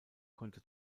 konnte